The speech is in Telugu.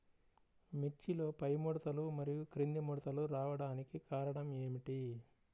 మిర్చిలో పైముడతలు మరియు క్రింది ముడతలు రావడానికి కారణం ఏమిటి?